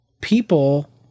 people